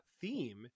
theme